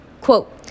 Quote